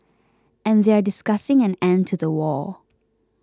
and they are discussing an end to the war